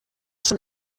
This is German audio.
schon